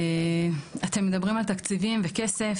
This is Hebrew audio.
אתם מדברים על תקציבים וכסף.